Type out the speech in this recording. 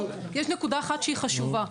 אבל --- אבל יש נקודה אחת שהיא חשובה.